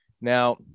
now